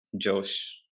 josh